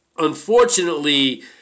Unfortunately